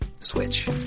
Switch